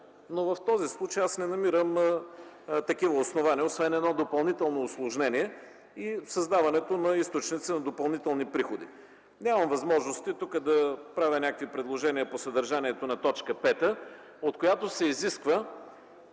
но в този случай аз не намирам такива основания, освен едно допълнително усложнение и създаването на източници на допълнителни приходи. Нямам възможности тук да правя някакви предложения по съдържанието на т. 5, от която се изисква